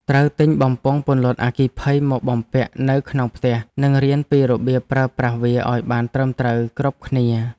ត្រូវទិញបំពង់ពន្លត់អគ្គិភ័យមកបំពាក់នៅក្នុងផ្ទះនិងរៀនពីរបៀបប្រើប្រាស់វាឱ្យបានត្រឹមត្រូវគ្រប់គ្នា។